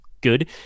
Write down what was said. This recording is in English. good